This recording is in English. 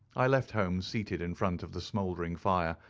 i left holmes seated in front of the smouldering fire,